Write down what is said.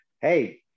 hey